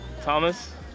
Thomas